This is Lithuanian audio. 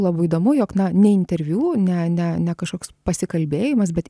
labai įdomu jog na ne interviu ne ne ne kažkoks pasikalbėjimas bet